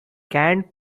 canned